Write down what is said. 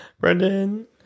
Brendan